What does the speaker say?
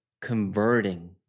converting